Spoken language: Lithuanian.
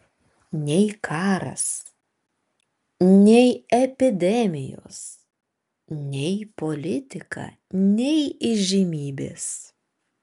nei karas nei epidemijos nei politika nei įžymybės